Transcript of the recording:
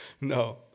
No